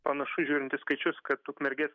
panašu žiūrint į skaičius kad ukmergės